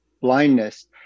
blindness